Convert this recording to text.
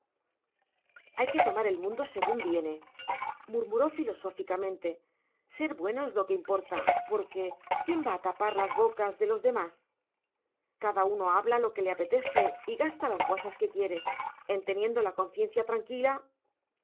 hay que tomar el mundo según viene murmuró filosóficamente ser bueno es lo que importa porque quién va a tapar las bocas de los demás cada uno habla lo que le parece y gasta las guasas que quiere en teniendo la conciencia tranquila